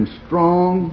strong